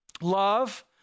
Love